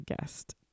guest